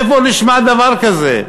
איפה נשמע דבר כזה?